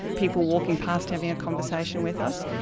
people walking past having a conversation with us.